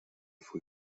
früh